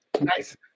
Nice